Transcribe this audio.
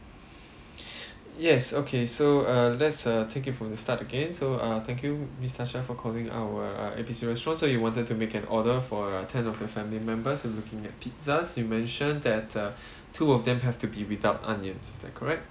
yes okay so uh let's uh take it from the start again so uh thank you miss tasha for calling our uh A B C restaurant so you wanted to make an order for a ten of your family members you're looking at pizza you mentioned that uh two of them have to be without onions is that correct